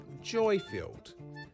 joy-filled